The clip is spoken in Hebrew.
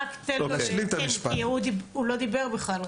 הוא לא דיבר בכלל.